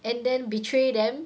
and then betray them